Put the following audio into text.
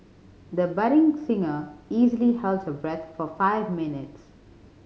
the budding singer easily held her breath for five minutes